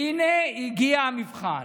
והינה הגיע המבחן.